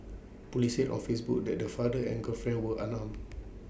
Police said or Facebook that the father and girlfriend were are long